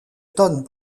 tonnes